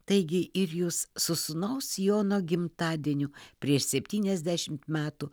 taigi ir jus su sūnaus jono gimtadieniu prieš septyniasdešimt metų